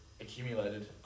accumulated